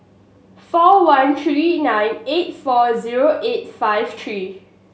four one three nine eight four zero eight five three